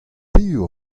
piv